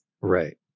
right